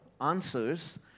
answers